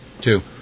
Two